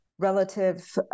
relative